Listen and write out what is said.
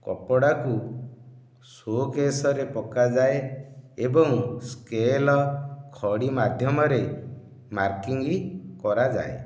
କପଡ଼ାକୁ ଶୋକେଶରେ ପକାଯାଏ ଏବଂ ସ୍କେଲ ଖଡ଼ି ମାଧ୍ୟମରେ ମାର୍କିଙ୍ଗି କରାଯାଏ